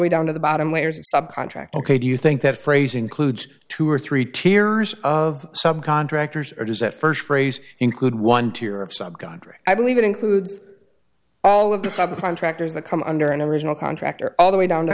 way down to the bottom layers of subcontract ok do you think that phrase includes two or three tiers of subcontractors or does that first phrase include one tier of sub godric i believe it includes all of this up contractors the come under an original contractor all the way down to